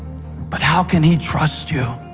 but how can he trust you